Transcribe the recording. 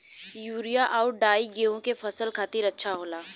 urea आउर डाई गेहूं के फसल खातिर अच्छा होला